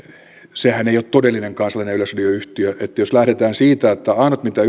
sehän ei ole todellinen kansallinen yleisradioyhtiö eli jos lähdetään siitä että ainut mitä